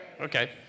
Okay